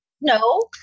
no